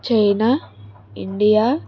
China India